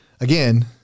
again